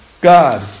God